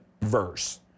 verse